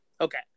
Okay